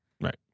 Right